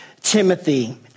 Timothy